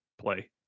play